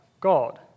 God